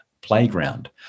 playground